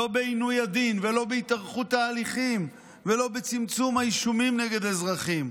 לא בעינוי הדין ולא בהתארכות ההליכים ולא בצמצום האישומים נגד אזרחים.